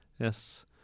Yes